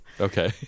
okay